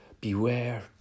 beware